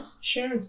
sure